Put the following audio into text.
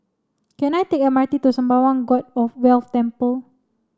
can I take M R T to Sembawang God of Wealth Temple